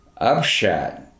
upshot